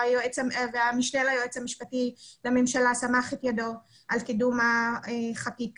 והמשנה ליועץ המשפטי לממשלה סמך את ידו על קידום החקיקה,